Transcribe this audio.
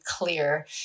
clear